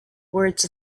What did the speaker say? words